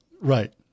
Right